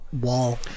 wall